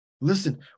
Listen